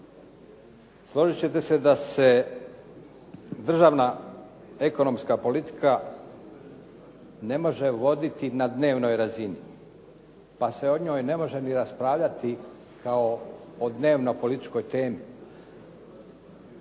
Složit ćete se da se državna ekonomska politika ne može voditi na dnevnoj razini, pa se o njoj ne može ni raspravljati kao o dnevno političkoj temi.